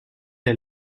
est